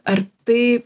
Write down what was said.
ar tai